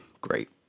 great